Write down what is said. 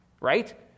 right